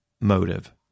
motive